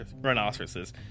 rhinoceroses